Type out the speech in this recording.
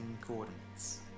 coordinates